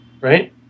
right